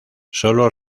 sólo